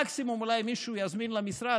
מקסימום אולי מישהו יזמין למשרד.